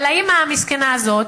אבל האמא המסכנה הזאת,